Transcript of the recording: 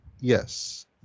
yes